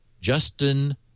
Justin